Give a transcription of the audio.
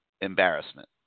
embarrassment